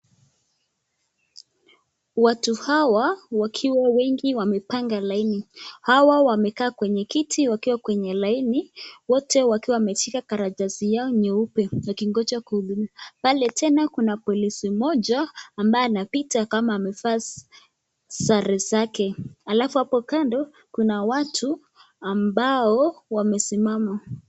Watu hawa wakiwa wengi wamepanga laini hawa wamekaa kwenye kiti wakiwa kwenye laini wote wakiwa wameshika karatasi yao nyeupe wakingonja kuhudumiwa ,pale tena kuna polisi mmoja ambaye anapita kama amevaa sare zake, alafu hapo kando kuna watu ambao wamesimama.